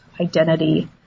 identity